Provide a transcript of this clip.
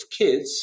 kids